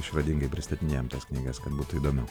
išradingai pristatinėjom tas knygas kad būtų įdomiau